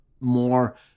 more